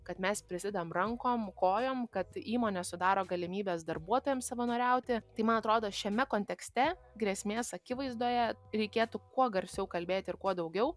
kad mes prisidedam rankom kojom kad įmonės sudaro galimybes darbuotojam savanoriauti tai man atrodo šiame kontekste grėsmės akivaizdoje reikėtų kuo garsiau kalbėti ir kuo daugiau